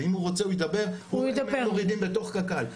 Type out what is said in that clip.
אם הוא רוצה הוא ידבר, הם מורידים בתוך קק"ל.